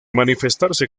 manifestarse